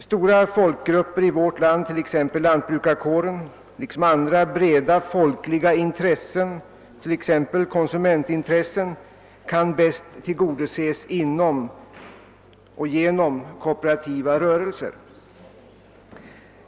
Stora folkgrupper i vårt land, t.ex. lantbrukarkåren, liksom andra breda folkliga intressen, t.ex. konsumentintressen, kan bäst tillgodoses genom kooperativa rörelser.